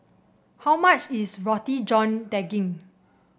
how much is Roti John Daging